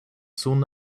soon